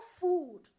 food